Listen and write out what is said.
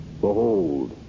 behold